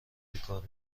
بیکار